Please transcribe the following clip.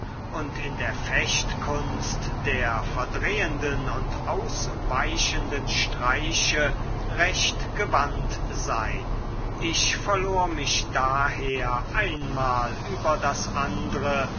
und in der fechtkunst der verdrehenden und ausweichenden streiche recht gewandt sein ich verlor mich daher einmal über das andre